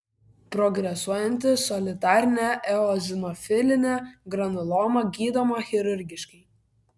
progresuojanti solitarinė eozinofilinė granuloma gydoma chirurgiškai